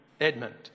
Edmund